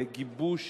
בגיבוש